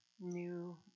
new